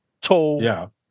tall